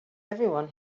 everyone